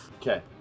Okay